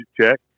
check